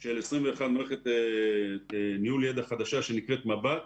של 2021 עומדת להיכנס מערכת ניהול ידע חדשה שנקראת מבט,